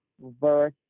verse